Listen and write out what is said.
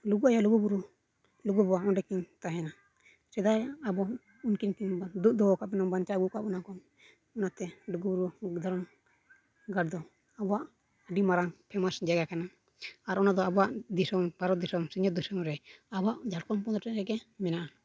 ᱞᱩᱜᱩ ᱟᱭᱳ ᱞᱩᱜᱩᱼᱵᱩᱨᱩ ᱞᱩᱜᱩ ᱵᱟᱵᱟ ᱚᱸᱰᱮᱠᱤᱱ ᱛᱟᱦᱮᱱᱟ ᱥᱮᱫᱟᱭ ᱟᱵᱚ ᱩᱱᱠᱤᱱ ᱠᱤᱱ ᱫᱩᱜ ᱫᱚᱦᱚ ᱟᱠᱟᱫ ᱵᱚᱱᱟ ᱵᱟᱧᱪᱟᱣ ᱟᱹᱜᱩ ᱟᱠᱟᱫ ᱵᱚᱱᱟ ᱠᱚ ᱚᱱᱟᱛᱮ ᱞᱩᱜᱩᱼᱵᱩᱨᱩ ᱨᱮᱫᱚ ᱜᱟᱲ ᱫᱚ ᱟᱵᱚᱣᱟᱜ ᱟᱹᱰᱤ ᱢᱟᱨᱟᱝ ᱯᱷᱮᱢᱟᱥ ᱡᱟᱭᱜᱟ ᱠᱟᱱᱟ ᱟᱨ ᱚᱱᱟᱫᱚ ᱟᱵᱚᱣᱟᱜ ᱫᱤᱥᱚᱢ ᱵᱷᱟᱨᱚᱛ ᱫᱤᱥᱚᱢ ᱥᱤᱧᱚᱛ ᱫᱤᱥᱚᱢ ᱨᱮ ᱟᱵᱚᱣᱟᱜ ᱡᱷᱟᱲᱠᱷᱚᱸᱰ ᱯᱚᱱᱚᱛ ᱨᱮᱜᱮ ᱢᱮᱱᱟᱜᱼᱟ